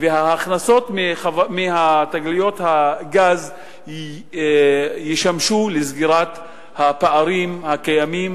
וההכנסות מתגליות הגז ישמשו לסגירת הפערים הקיימים,